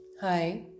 Hi